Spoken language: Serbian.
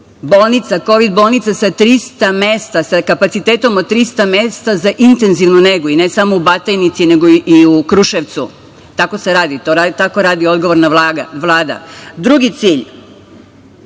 Kovid bolnica sa kapacitetom od 300 mesta za intenzivnu negu. Ne samo u Batajnici, nego i u Kruševcu. Tako se radi, tako radi odgovorna Vlada. Drugi cilj,